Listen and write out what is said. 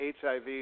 HIV